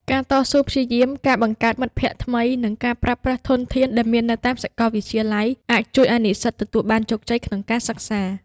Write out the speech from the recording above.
ការតស៊ូព្យាយាម ការបង្កើតមិត្តភក្តិថ្មី និងការប្រើប្រាស់ធនធានដែលមាននៅតាមសាកលវិទ្យាល័យ អាចជួយឲ្យនិស្សិតទទួលបានជោគជ័យក្នុងការសិក្សា។